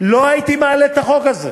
לא הייתי מעלה את החוק הזה,